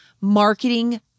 marketing